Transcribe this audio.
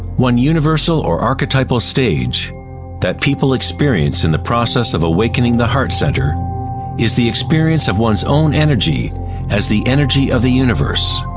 one universal or archetypal stage that people experience in the process of awakening the heart center is the experience of one's own energy as the energy of the universe.